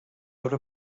obra